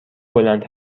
بلند